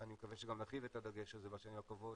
ואני מקווה שגם נרחיב את הדגש הזה בשנים הקרובות,